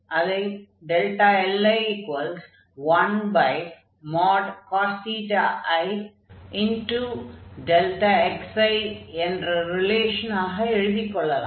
அதை li1cos i xi என்ற ரிலேஷனாக எழுதிக் கொள்ளலாம்